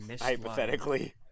Hypothetically